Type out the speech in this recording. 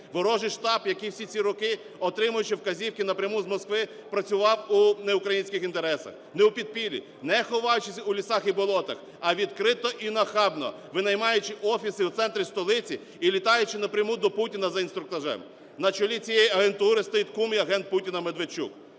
Ворожий штаб, який всі ці роки, отримуючи вказівки напряму з Москви, працював не в українських інтересах, не у підпіллі, не ховаючись у лісах і болотах, а відкрито і нахабно, винаймаючи офіси в центрі столиці і літаючи напряму до Путіна за інструктажем. На чолі цієї агентури стоїть кум і агент Путіна Медведчук.